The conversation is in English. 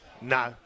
No